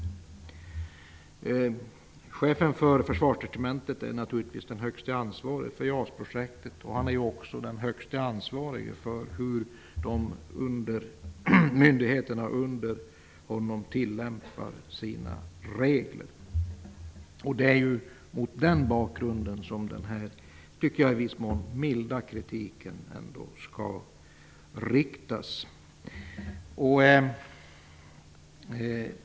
Chefen för Försvarsdepartementet är naturligtvis högste ansvarige för JAS-projektet. Han är också högste ansvarige för hur myndigheterna under honom tillämpar sina regler. Det är mot den bakgrunden som den här milda kritiken skall riktas.